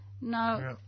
No